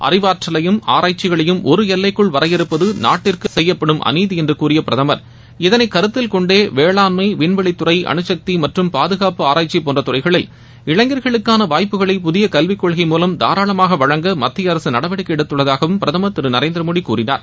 அறிவாற்றலையும் ஆராய்ச்சிகளையும் ஒரு எல்லைக்குள் வரையறுப்பது நாட்டிற்கு செய்யப்படும் அநீதி என்று கூறிய பிரதமர் இதனை கருத்தி கொண்டே வேளன்மை விண்வெளித்துறை அனுசக்தி மற்றும் பாதகாப்பு ஆராய்ச்சி போன்ற துறைகளில் இளைஞர்களுக்கான வாய்ப்புகளை புதிய கல்விக் கொள்கை மூலம் தாராளமாக வழங்க மத்திய அரசு நடவடிக்கை எடுத்துள்ளதாகவும் பிரதமர் திரு நரேந்திர மோடி கூறினார்